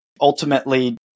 ultimately